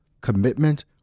commitment